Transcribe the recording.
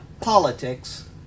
politics